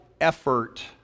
effort